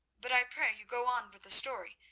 but i pray you go on with the story,